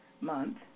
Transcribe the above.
Month